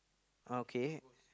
okay